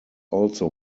also